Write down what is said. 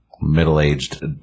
middle-aged